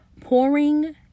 pouring